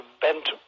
bent